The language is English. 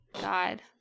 god